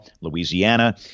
Louisiana